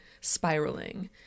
spiraling